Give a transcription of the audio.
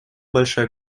большая